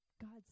God's